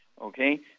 Okay